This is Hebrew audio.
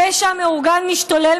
הפשע המאורגן משתולל,